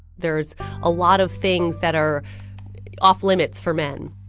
there's a lot of things that are off-limits for men